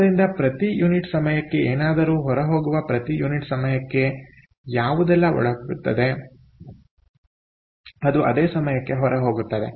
ಆದ್ದರಿಂದ ಪ್ರತಿ ಯುನಿಟ್ ಸಮಯಕ್ಕೆ ಏನಾದರೂ ಹೊರಹೋಗುವ ಪ್ರತಿ ಯುನಿಟ್ ಸಮಯಕ್ಕೆ ಯಾವುದೆಲ್ಲ ಒಳ ಬರುತ್ತದೆ ಅದು ಅದೇ ಸಮಯಕ್ಕೆ ಹೊರಹೋಗುತ್ತದೆ